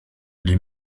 les